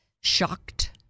shocked